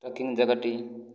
tracking ଯାଗା'ଟି